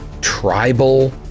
Tribal